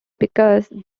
because